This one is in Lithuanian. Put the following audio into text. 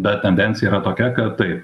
bet tendencija yra tokia kad taip